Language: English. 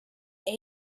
will